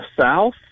South